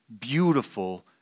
beautiful